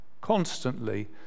constantly